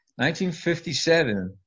1957